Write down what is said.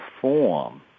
form